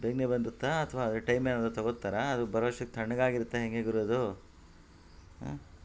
ಬೇಗನೇ ಬಂದುತ್ತ ಅಥ್ವಾ ಟೈಮ್ ಏನಾದ್ರು ತೊಗೋಳ್ತಾರ ಅದು ಬರುವಷ್ಟೊತ್ತಿಗೆ ತಣ್ಣಗಾಗಿರುತ್ತಾ ಹೆಂಗೆ ಗುರು ಅದು